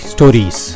Stories